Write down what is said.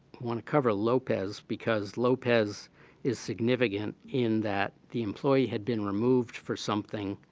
want to cover lopez because lopez is significant in that. the employee had been removed for something